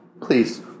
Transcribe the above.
please